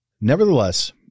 Nevertheless